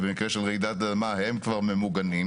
במקרה של רעידת אדמה הם כבר ממוגנים.